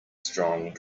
strong